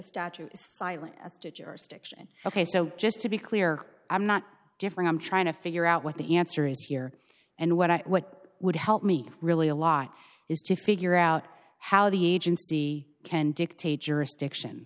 jurisdiction ok so just to be clear i'm not different i'm trying to figure out what the answer is here and what i what would help me really a lot is to figure out how the agency can dictate jurisdiction